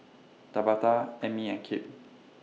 Tabatha Amie and Kipp